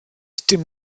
dim